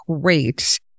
great